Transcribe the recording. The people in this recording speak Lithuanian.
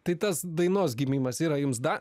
tai tas dainos gimimas yra jums da